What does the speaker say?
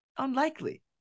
Unlikely